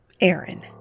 Aaron